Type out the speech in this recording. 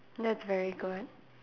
that's very good